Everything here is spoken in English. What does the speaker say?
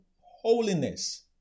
holiness